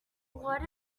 what